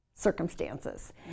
circumstances